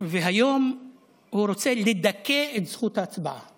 והיום הוא רוצה לדכא את זכות ההצבעה